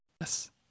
Yes